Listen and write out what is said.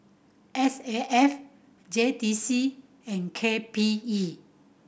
S A F J T C and K P E